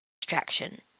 distraction